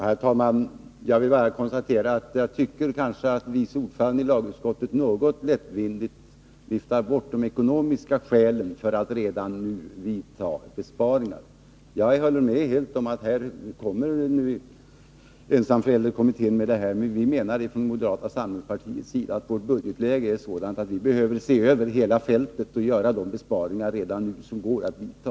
Herr talman! Jag vill bara konstatera att jag tycker att vice ordföranden i lagutskottet något lättvindigt viftar bort de ekonomiska skälen för att redan nu genomföra besparingar. Jag är helt medveten om att ensamförälderkommittén skall lägga fram förslag, men inom moderata samlingspartiet menar vi att vårt budgetläge är sådant att vi behöver se över hela fältet och redan nu göra de besparingar som går att göra.